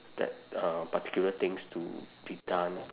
that uh particular things to be done